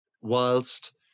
whilst